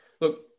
look